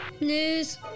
News